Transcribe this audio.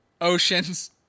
oceans